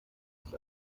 ist